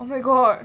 oh my god